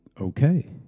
okay